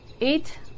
Eight